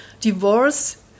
Divorce